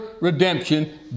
redemption